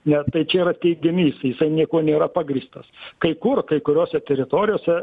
ne tai čia yra teiginys jisai niekuo nėra pagrįstas kai kur kai kuriose teritorijose